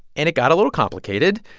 and it got a little complicated.